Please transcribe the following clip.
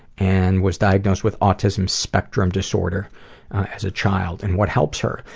and was diagnosed with autism spectrum disorder as a child. and what helps her,